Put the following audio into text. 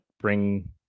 bring